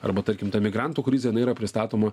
arba tarkim ta migrantų krizė jinai yra pristatoma